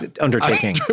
undertaking